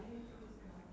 ya